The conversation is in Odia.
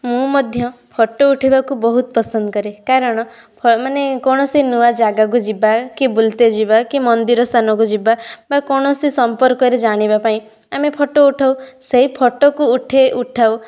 ମୁଁ ମଧ୍ୟ ଫଟୋ ଉଠାଇବାକୁ ବହୁତ ପସନ୍ଦ କରେ କାରଣ ଫ ମାନେ କୌଣସି ନୂଆ ଜାଗାକୁ ଯିବା କି ବୁଲିତେ ଯିବା କି ମନ୍ଦିର ସ୍ଥାନ କୁ ଯିବା ବା କୌଣସି ସମ୍ପର୍କ ରେ ଜାଣିବା ପାଇଁ ଆମେ ଫଟୋ ଉଠାଉ ସେଇ ଫଟୋ କୁ ଉଠାଉ